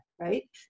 right